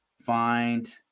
Find